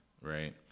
right